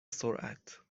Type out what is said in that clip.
سرعت